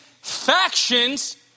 factions